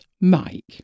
Mike